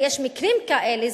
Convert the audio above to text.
ויש מקרים כאלה,